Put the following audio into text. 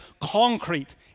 concrete